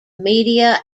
media